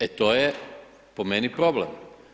E to je po meni problem.